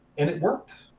and it worked.